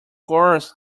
course